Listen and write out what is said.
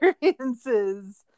experiences